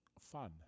fun